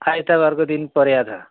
आइतवारको दिन पऱ्या छ